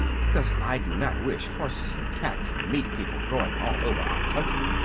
because i do not wish horses and cats and meat people growing all over our country.